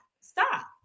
stop